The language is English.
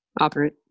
Operate